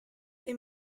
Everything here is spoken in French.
est